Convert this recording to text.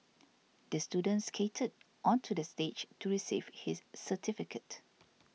the student skated onto the stage to receive his certificate